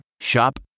Shop